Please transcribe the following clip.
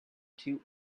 too